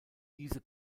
diese